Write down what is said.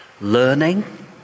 learning